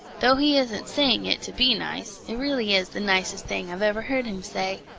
though he isn't saying it to be nice, it really is the nicest thing i've ever heard him say.